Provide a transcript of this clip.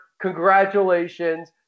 Congratulations